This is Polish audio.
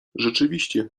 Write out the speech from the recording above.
rzeczywiście